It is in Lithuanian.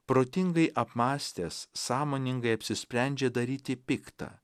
protingai apmąstęs sąmoningai apsisprendžia daryti pikta